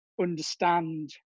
understand